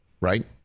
right